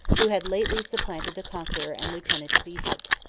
who had lately supplanted the conqueror and lieutenant of egypt.